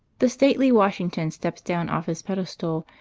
the stately washington steps down off his pedestal,